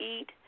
eat